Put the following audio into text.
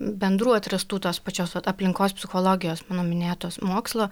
bendrų atrastų tos pačios vat aplinkos psichologijos mano minėtos mokslo